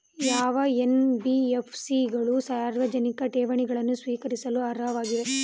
ಯಾವ ಎನ್.ಬಿ.ಎಫ್.ಸಿ ಗಳು ಸಾರ್ವಜನಿಕ ಠೇವಣಿಗಳನ್ನು ಸ್ವೀಕರಿಸಲು ಅರ್ಹವಾಗಿವೆ?